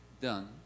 done